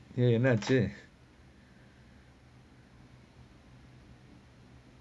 ya ya என்ன ஆச்சி:enna aachi